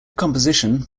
composition